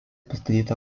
pastatyta